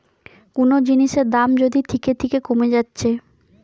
কুনো জিনিসের দাম যদি থিকে থিকে কোমে যাচ্ছে